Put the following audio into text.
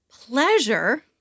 Pleasure